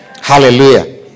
Hallelujah